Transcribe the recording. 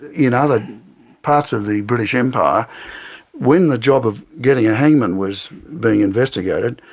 in other parts of the british empire when the job of getting a hangman was being investigated,